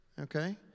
okay